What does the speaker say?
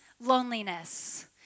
loneliness